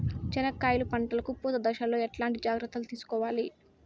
చెనక్కాయలు పంట కు పూత దశలో ఎట్లాంటి జాగ్రత్తలు తీసుకోవాలి?